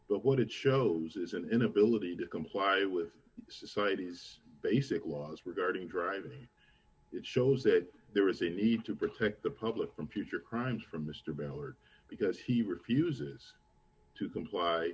but what it shows is an inability to comply with society's basic laws regarding driving it shows that there is a need to protect the public from future crimes from mr ballard because he refuses to comply